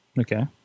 okay